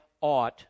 ought